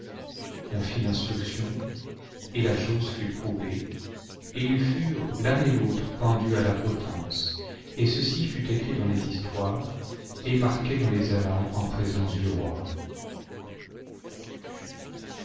on fit l'instruction et la chose fut prouvée et ils furent l'un et l'autre pendus à la potence et ceci fut écrit dans les histoires et marqué dans les annales en présence du roi